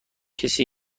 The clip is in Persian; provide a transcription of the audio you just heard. کسی